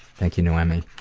thank you, noemi.